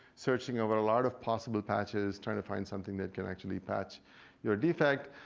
searching over a lot of possible patches trying to find something that can actually patch your defect.